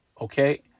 Okay